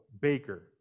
baker